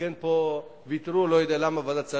לכן, פה ויתרו, לא יודע למה, על ועדת שרים,